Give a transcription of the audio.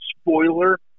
spoiler